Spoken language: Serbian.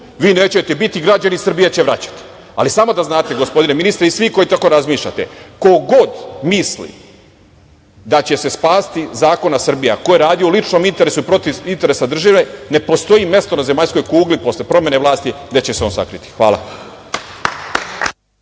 vi nećete biti, građani Srbije će vraćati. Ali, samo da znate, gospodine ministre i svi koji tako razmišljate, ko god misli da će se spasiti zakona Srbije, a koji je radio u ličnom interesu i protiv interesa države, ne postoji mesto na zemaljskoj kugli posle promene vlasti gde će se on sakriti. Hvala.